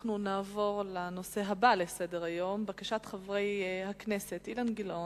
אנחנו נעבור לנושא הבא בסדר-היום: בקשת חבר הכנסת אילן גילאון,